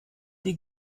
die